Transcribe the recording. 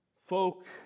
folk